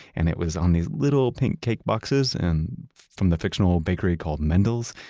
and it was on these little pink cake boxes and from the fictional bakery called mendl's.